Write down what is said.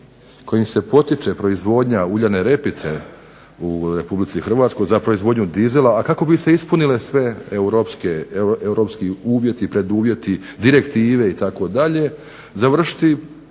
kojim se potiče proizvodnja uljane repice u Republici Hrvatskoj za proizvodnju dizela, kako bi se ispunile sve Europske uvjeti, preduvjeti, direktive itd., završiti